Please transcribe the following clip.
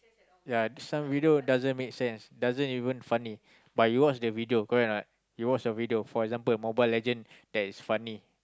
ya some video doesn't make sense doesn't even funny but you watch the video correct or not you watch the video for example Mobile-Legends that is funny